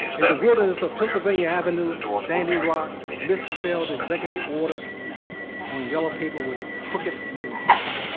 in the wilderness of pennsylvania avenues, standing rock, misspelled executive orders on yellow paper with crooked signatures.